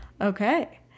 Okay